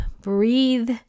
breathe